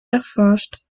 erforscht